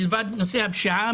מלבד נושא הפשיעה,